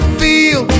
feel